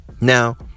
Now